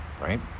right